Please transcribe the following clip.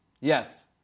Yes